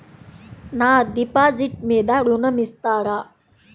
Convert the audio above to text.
నా డిపాజిట్ మీద ఋణం ఇస్తారా?